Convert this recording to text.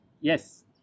Yes